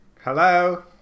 Hello